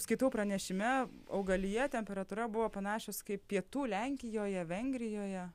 skaitau pranešime augalija temperatūra buvo panašios kaip pietų lenkijoje vengrijoje